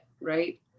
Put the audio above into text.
right